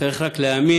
וצריך רק להאמין,